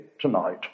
tonight